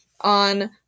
on